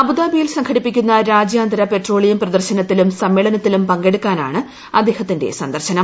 അബുദാബിയിൽ സംഘടിപ്പിക്കുന്ന രാജ്യാന്തര പെട്രോളിയം പ്രദർശനത്തിലും സമ്മേളനത്തിലും പങ്കെടുക്കാനാണ് അദ്ദേഹത്തിന്റെ സന്ദർശനം